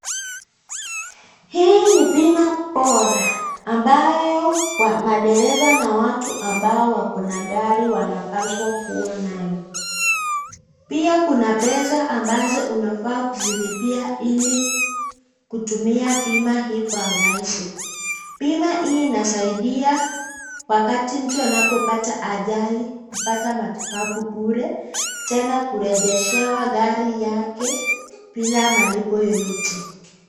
Hii ni bima bora mabyo madereva na watu ambao wako na gari wanapaswa kuwa nayo. Pia kuna pesa ambazo unafaa kuzilipia kutumia bima hii kwa urahisi. Bima hii inasaidia wakati mtu anapopata ajali kupata matibabu bure tena kurejeshewa gari yake bila malipo yoyote.